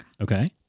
Okay